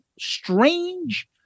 strange